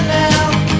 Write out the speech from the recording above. now